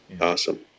Awesome